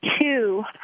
two